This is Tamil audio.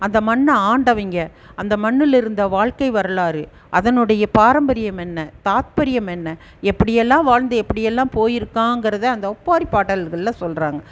அந்த மண்ணை ஆண்டவங்க அந்த மண்ணுலிருந்த வாழ்க்கை வரலாறு அதனுடைய பாரம்பரியம் என்ன தாத்பரியம் என்ன எப்படியெல்லாம் வாழ்ந்து எப்படியெல்லாம் போயிருக்காங்கிறத அந்த ஒப்பாரி பாடல்களில் சொல்கிறாங்க